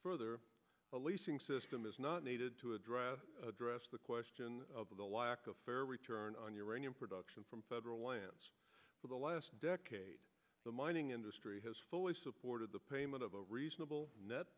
further leasing system is not needed to address address the question of the lack of fair return on your annual production from federal lands for the last decade the mining industry has fully supported the payment of a reasonable net